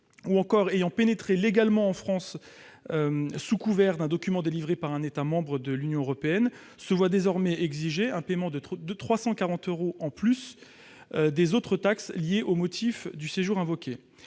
ou encore ayant pénétré légalement en France sous couvert d'un document délivré par un État membre de l'Union européenne se voient désormais exiger un paiement de 340 euros en sus des autres taxes liées au motif du séjour invoqué.